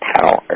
power